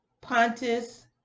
Pontus